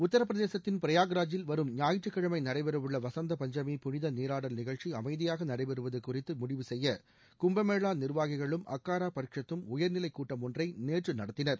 உத்தரப்பிரதேசத்தின் பிரயாக்ராஜில் வரும் ஞாயிற்றக் கிழமை நடைபெறவுள்ள வசந்த பஞ்சமி புளிதநீராடல் நிகழ்ச்சி அமைதியாக நடைபெறுவது குறித்து முடிவு செய்ய கும்பமேளா நிர்வாகிகளும் அக்காரா பரிஷத்தும் உயர்நிலைக்கூட்டம் ஒன்றை நேற்று நடத்தினர்